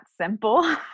simple